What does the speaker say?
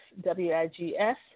W-I-G-S